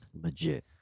Legit